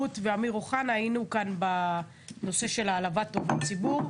רות ואמיר אוחנה היינו כאן בנושא של העלבת עובד ציבור,